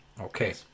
Okay